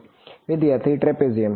વિદ્યાર્થી ટ્રેપેઝિયમ